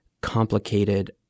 complicated